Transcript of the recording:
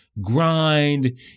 grind